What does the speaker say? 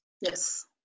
Yes